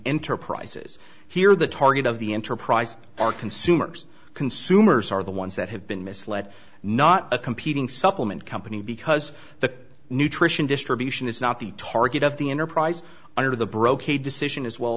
enterprise is here the target of the enterprise are consumers consumers are the ones that have been misled not a competing supplement company because the nutrition distribution is not the target of the enterprise or the brocade decision as well